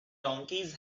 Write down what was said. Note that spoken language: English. donkeys